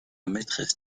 maîtresse